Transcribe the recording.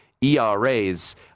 ERAs